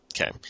Okay